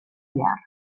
llar